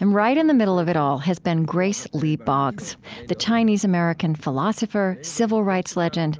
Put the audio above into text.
and right in the middle of it all has been grace lee boggs the chinese-american philosopher, civil rights legend,